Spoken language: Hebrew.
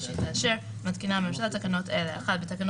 שהיא תאשר "מתקינה הממשלה תקנות אלה: תיקון